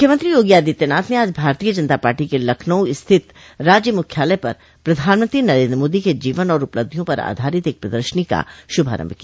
मुख्यमंत्री योगी आदित्यनाथ ने आज भारतीय जनता पार्टी के लखनऊ स्थित राज्य मुख्यालय पर प्रधानमंत्री नरेन्द्र मोदी के जीवन एवं उपलब्धियों पर आधारित एक प्रदर्शनी का शुभारम्भ किया